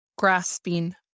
grasping